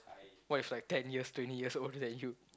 what if like ten years twenty years older than you